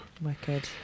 Wicked